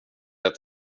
ett